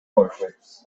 warships